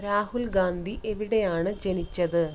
രാഹുൽഗാന്ധി എവിടെയാണ് ജനിച്ചത്